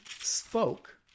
spoke